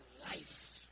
life